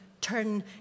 turn